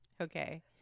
Okay